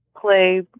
play